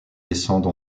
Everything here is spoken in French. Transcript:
descendent